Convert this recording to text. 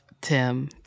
Tim